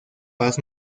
paz